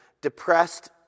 depressed